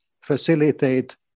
facilitate